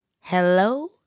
Hello